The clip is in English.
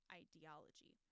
ideology